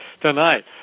tonight